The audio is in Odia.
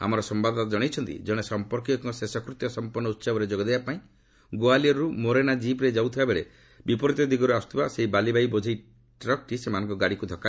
ଆମର ସମ୍ଭାଦଦାତା ଜଣାଇଛନ୍ତି ଜଣେ ସମ୍ପର୍କୀୟଙ୍କ ଶେଷ କୃତ୍ୟ ସମ୍ପନ୍ନ ଉତ୍ସବରେ ଯୋଗ ଦେବା ପାଇଁ ଗୋଆଲିଅରରୁ ମୋରେନା ଜିପ୍ରେ ଯାଉଥିବା ବେଳେ ବିପରିତ ଦିଗରୁ ଆସୁଥିବା ସେହି ବାଲି ବୋଝେଇ ଟ୍ରାକ୍ଟରଟି ସେମାନଙ୍କ ଗାଡ଼ିକୁ ଧକୁ